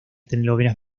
telenovelas